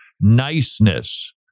niceness